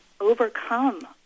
overcome